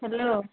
hello